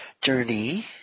journey